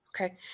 okay